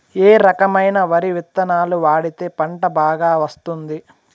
ఏ రకమైన వరి విత్తనాలు వాడితే పంట బాగా వస్తుంది?